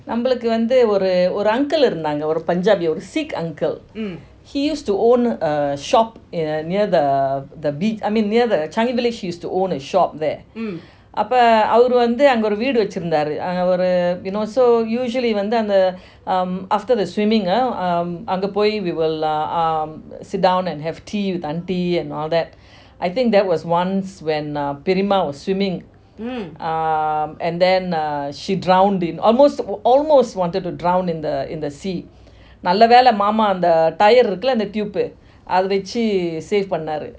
நம்மளுக்கு வந்து ஒரு:nammaluku vanthu oru uncle இருந்தாங்க ஒரு:irunthanga oru punjabi or sikh uncle he used to own a shop in uh near the the bea~ I mean near the uh changi village he used to own a shop there அப்போ அவரு வந்து அங்க ஒரு வீடு வெச்சி இருந்தாரு:apo avaru vanthu anga oru veedu vechi irunthaaru so usually வந்து அங்க:vanthu anga after the swimming ah um அங்க பொய்:anga poi we will uh um sit down and have tea with aunty and all that I think that was once when pirima was swimming um and then uh she drowned in almost almost wanted to drown in the in the sea நல்ல வெள்ளை மாமா அந்த:nalla vella mama antha tire இருக்குல்ல அந்த:irukula antha tube eh அத வெச்சி:atha vechi save பண்ணாரு:panaru